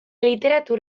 literatur